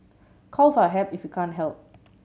call for help if you can't help